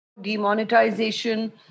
Demonetization